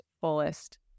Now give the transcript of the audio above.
fullest